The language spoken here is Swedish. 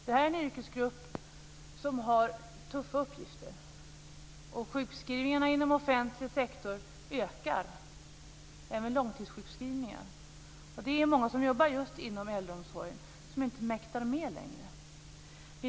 Det här är en yrkesgrupp som har tuffa uppgifter. Sjukskrivningarna inom offentlig sektor ökar, även långtidssjukskrivningarna. Det är många som jobbar just inom äldreomsorgen som inte mäktar med längre.